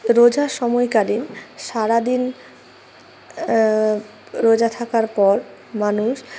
রোজা সময়কালীন সারাদিন রোজা থাকার পর মানুষ